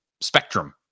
spectrum